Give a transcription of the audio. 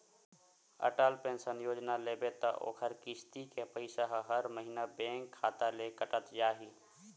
Atal pension योजना लेबे त ओखर किस्ती के पइसा ह हर महिना बेंक खाता ले कटत जाही